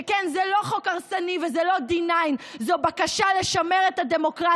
שכן זה לא חוק הרסני וזה לא D9. זו בקשה לשמר את הדמוקרטיה,